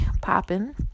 popping